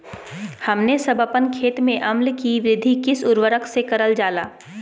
हमने सब अपन खेत में अम्ल कि वृद्धि किस उर्वरक से करलजाला?